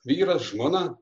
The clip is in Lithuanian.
vyras žmona